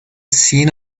seen